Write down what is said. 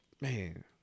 Man